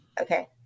Okay